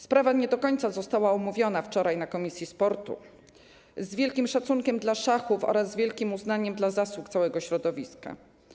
Sprawa nie do końca została omówiona wczoraj na posiedzeniu komisji sportu, z wielkim szacunkiem dla szachów oraz z wielkim uznaniem dla zasług całego środowiska.